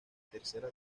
tercera